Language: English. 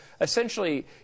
essentially